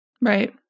Right